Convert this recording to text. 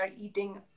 eating